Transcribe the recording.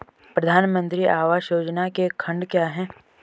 प्रधानमंत्री आवास योजना के खंड क्या हैं?